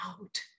out